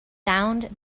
sound